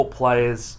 players